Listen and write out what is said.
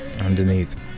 underneath